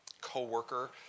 co-worker